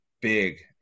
big